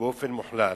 באופן מוחלט.